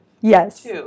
Yes